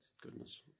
Goodness